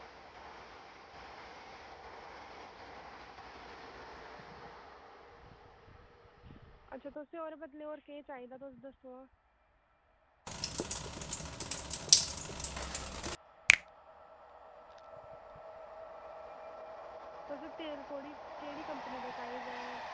अच्छा तुसें ओह्दे बदले होर केह् चाहिदा तुस दस्सो हां तुसें तेल कोह्ड़ी केह्ड़ी कंपनी दा चाहिदा ऐ